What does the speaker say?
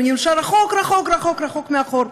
נשאר רחוק רחוק רחוק רחוק מאחור.